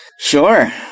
Sure